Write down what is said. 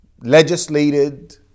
legislated